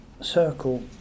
circle